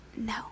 No